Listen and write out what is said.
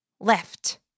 Left